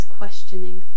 questioning